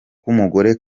k’umugore